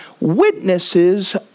Witnesses